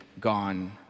gone